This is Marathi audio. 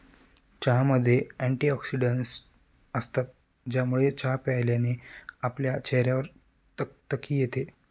चहामध्ये अँटीऑक्सिडन्टस असतात, ज्यामुळे चहा प्यायल्याने आपल्या चेहऱ्यावर तकतकी येते